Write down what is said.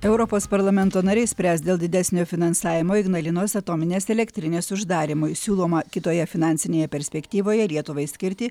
europos parlamento nariai spręs dėl didesnio finansavimo ignalinos atominės elektrinės uždarymui siūloma kitoje finansinėje perspektyvoje lietuvai skirti